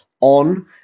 on